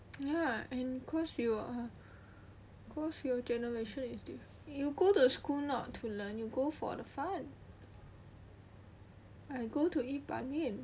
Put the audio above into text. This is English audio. ya and cause you cause you generation is different go to school not to learn you go for the fun I go to eat 板面